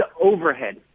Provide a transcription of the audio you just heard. overhead